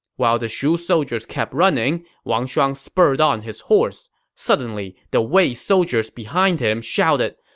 while the shu soldiers kept running, wang shuang spurred on his horse. suddenly, the wei soldiers behind him shouted,